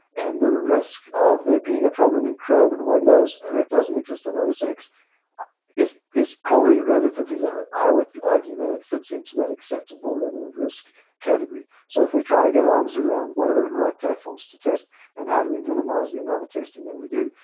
and the risk of there being a problem in chrome and windows that doesn't exist on osx is is probably relatively low. i would argue that it fits into that acceptable level of risk category. so if we're trying to get arms around what are the right platforms to test and how do we minimize the amount of testing that we do,